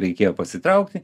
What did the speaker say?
reikėjo pasitraukti